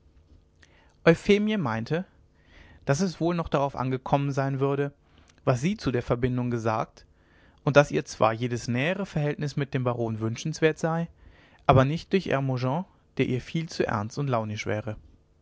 euphemie meinte daß es auch wohl noch darauf angekommen sein würde was sie zu der verbindung gesagt und daß ihr zwar jedes nähere verhältnis mit dem baron wünschenswert sei aber nicht durch hermogen der ihr viel zu ernst und launisch wäre